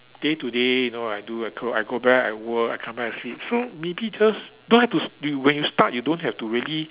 day to day you know I do I go I go back I work I come back I sleep so maybe just don't have to s~ when you start you don't have to really